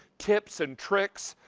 tips and tricks.